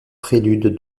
prélude